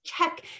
check